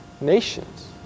nations